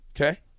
okay